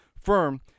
firm